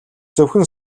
зөвхөн